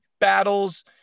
battles